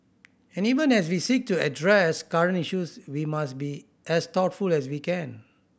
and even as we seek to address current issues we must be as thoughtful as we can